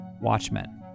Watchmen